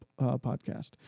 podcast